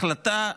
החלטה תמוהה.